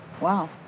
wow